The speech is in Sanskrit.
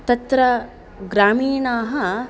तत्र ग्रामीणाः